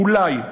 אולי,